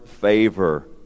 favor